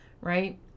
right